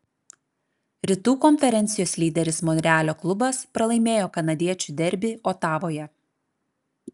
rytų konferencijos lyderis monrealio klubas pralaimėjo kanadiečių derbį otavoje